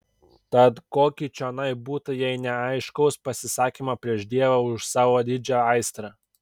tad ko gi čionai būta jei ne aiškaus pasisakymo prieš dievą už savo didžią aistrą